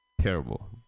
Terrible